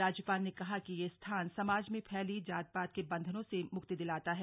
राज्यपाल ने कहा कि यह स्थान समाज में फैली जात पात के बंधनों से मुक्ति दिलाता है